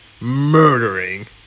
murdering